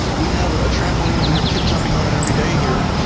we have a trampoline, and we have kids jumping on it every day here.